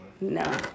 no